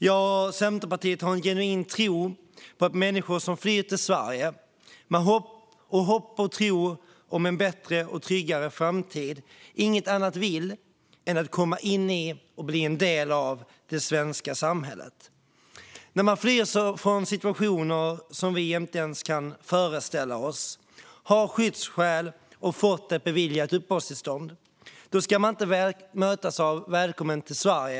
Jag och Centerpartiet har en genuin tro på att människor som flyr till Sverige, med hopp och tro om en bättre och tryggare framtid, inget annat vill än att komma in i och bli en del av det svenska samhället. När man flyr från situationer som vi inte ens kan föreställa oss, har skyddsskäl och har beviljats uppehållstillstånd ska man inte mötas av "Välkommen till Sverige!